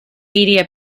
media